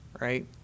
Right